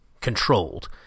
controlled